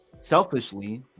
selfishly